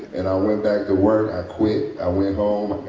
and i went back to work, i quit, i went home,